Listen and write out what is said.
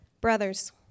Brothers